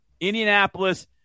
Indianapolis